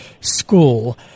School